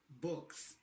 books